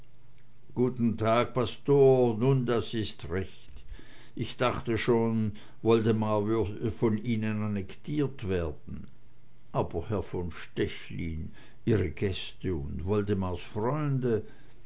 guten tag pastor nun das ist recht ich dachte schon woldemar würde von ihnen annektiert werden aber herr von stechlin ihre gäste und woldemars freunde